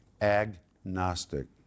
Agnostic